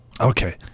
Okay